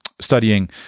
studying